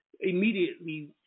immediately